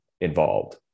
involved